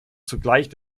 zugleich